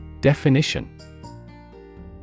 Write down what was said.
Definition